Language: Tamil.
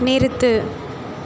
நிறுத்து